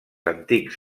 antics